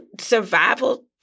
survival